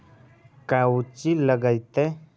कौची लगतय?